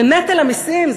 שנטל המסים,